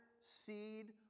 seed